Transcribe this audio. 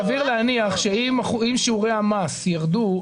סביר להניח שאם שיעורי המס ירדו,